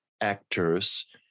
actors